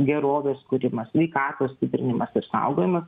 gerovės kūrimas sveikatos stiprinimas ir saugojimas